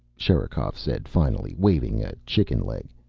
sherikov said finally, waving a chicken leg,